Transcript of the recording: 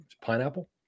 pineapple